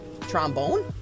Trombone